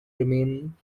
remains